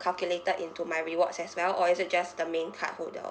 calculated into my rewards as well or is it just the main card holder